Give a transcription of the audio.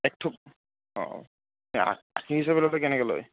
এক থোক অঁ এই আষি হিচাপে ল'লে কেনেকৈ লয়